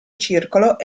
circolo